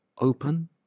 open